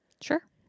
Sure